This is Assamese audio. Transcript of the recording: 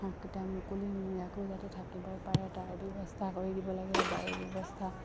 হাঁহকেইটাই মুকলিমূৰীয়াকৈ যাতে থাকিব পাৰে তাৰ ব্যৱস্থা কৰি দিব লাগে বায়ুৰ ব্যৱস্থা